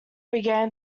began